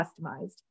customized